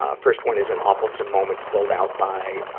ah first one is an awfulsome moment filled out by, um,